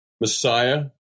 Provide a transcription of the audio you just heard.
Messiah